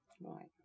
Right